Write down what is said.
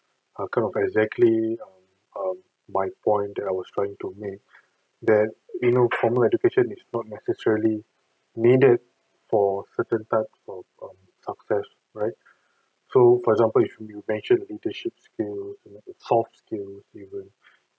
a kind of exactly um um my point that I was trying to me that you know formal education is not necessarily needed for certain types of of success right so for example if you've mentioned leadership skill you know it's hard to even